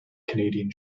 canadian